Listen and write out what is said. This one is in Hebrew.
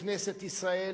לכנסת ישראל,